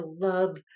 love